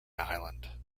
island